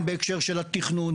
הן בהקשר של התכנון,